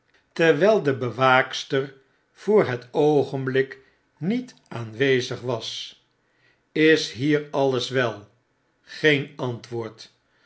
plaats terwjlde bewaakster voor het oogenblik niet aanwezig was is hier alles wel geen antwoord